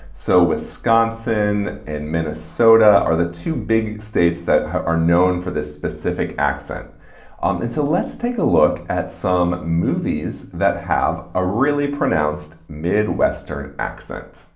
so wisconsin and minnesota are the two big states that are known for this specific accent um and so let's take a look at some movies that have a really pronounced midwestern accent